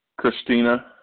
Christina